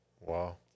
wow